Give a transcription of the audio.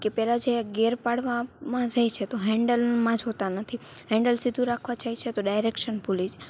કે પહેલાં જે ગેર પાડવામાં જાય છે તો હેન્ડલમાં જોતાં નથી હેન્ડલ સીધું રાખવા જાય છે તો ડાયરેક્શન ભૂલે છે